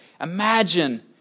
Imagine